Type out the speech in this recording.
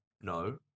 no